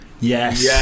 Yes